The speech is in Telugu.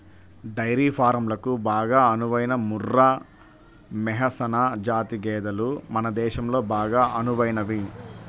డైరీ ఫారంలకు బాగా అనువైన ముర్రా, మెహసనా జాతి గేదెలు మన దేశంలో బాగా అనువైనవి